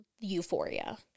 euphoria